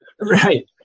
Right